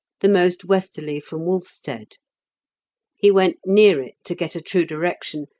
the most westerly from wolfstead he went near it to get a true direction,